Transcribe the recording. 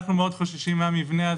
אנחנו מאוד חוששים מהמבנה הזה,